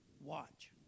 Watch